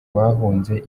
bahunze